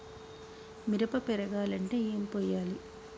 మిరప పెరగాలంటే ఏం పోయాలి?